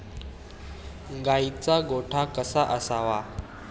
गाईचा गोठा कसा असावा?